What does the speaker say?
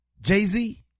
Jay-Z